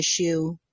issue